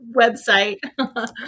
website